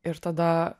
ir tada